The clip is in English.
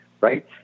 right